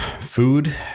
food